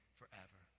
forever